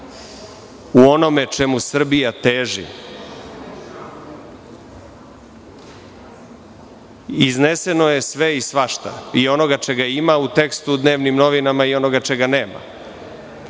u onome čemu Srbija teži. Iznešeno je sve i svašta i onoga čega ima u tekstu dnevnih novina i onoga čega nema,